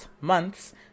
month's